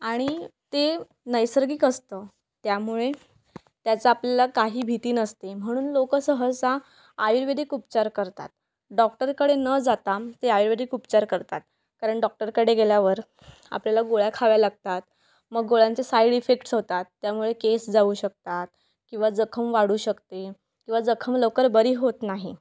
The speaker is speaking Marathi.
आणि ते नैसर्गिक असतं त्यामुळे त्याचा आपल्याला काही भीती नसते म्हणून लोक सहसा आयुर्वेदिक उपचार करतात डॉक्टरकडे न जाता ते आयुर्वेदिक उपचार करतात कारण डॉक्टरकडे गेल्यावर आपल्याला गोळ्या खाव्या लागतात मग गोळ्यांचे साईड इफेक्ट्स होतात त्यामुळे केस जाऊ शकतात किंवा जखम वाढू शकते किंवा जखम लवकर बरी होत नाही